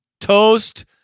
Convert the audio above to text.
toast